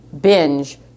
Binge